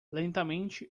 lentamente